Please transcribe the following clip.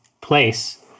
place